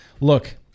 look